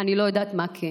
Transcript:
אני לא יודעת מה כן.